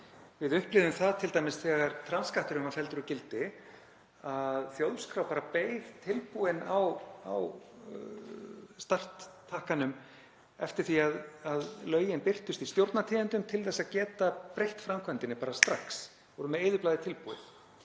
Við upplifðum það t.d. þegar trans skatturinn var felldur úr gildi að þjóðskrá beið tilbúin á starttakkanum eftir því að lögin birtust í Stjórnartíðindum til að geta breytt framkvæmdinni bara strax, voru með eyðublaðið tilbúið.